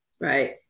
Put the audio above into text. right